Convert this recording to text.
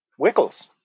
Wickles